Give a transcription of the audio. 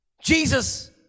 Jesus